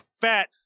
fat